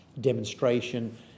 demonstration